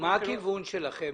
מה הכיוון שלכם?